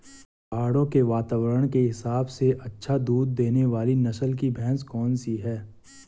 पहाड़ों के वातावरण के हिसाब से अच्छा दूध देने वाली नस्ल की भैंस कौन सी हैं?